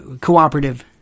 cooperative